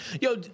Yo